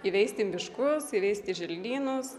įveisti miškus įveisti želdynus